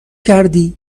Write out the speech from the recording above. کردی